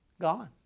gone